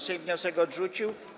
Sejm wniosek odrzucił.